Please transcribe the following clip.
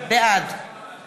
בעד